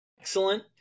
excellent